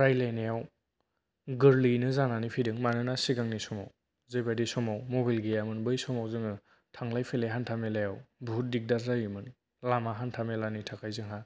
रायलायनायाव गोरलैयैनो जानानै फैदों मानोना सिगांनि समाव जि बायदि समाव मबेइल गैयामोन बै समाव जोङो थांलाय फैलाय हान्था मेलायाव बुहुत दिगदार जायोमोन लामा हान्था मेलानि थाखाय जोंहा